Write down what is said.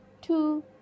two